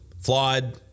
Flawed